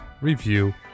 review